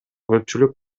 көпчүлүк